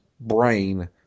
brain